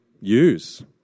use